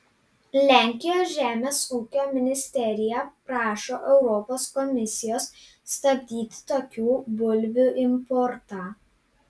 lenkijos žemės ūkio ministerija prašo europos komisijos stabdyti tokių bulvių importą